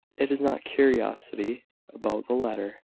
it is not curiosity about the letter.